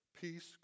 peace